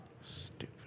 stupid